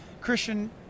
Christian